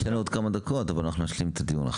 יש לנו עוד כמה דקות אבל אנחנו נשלים את הדיון.